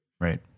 right